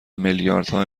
میلیاردها